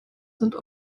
sind